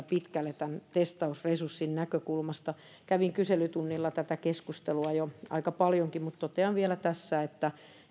pitkälle tämän testausresurssin näkökulmasta kävin kyselytunnilla tätä keskustelua jo aika paljonkin mutta totean vielä tässä että